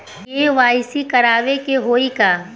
KYC करावे के होई का?